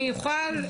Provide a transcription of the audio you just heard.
אני אוכל,